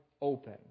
open